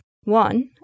One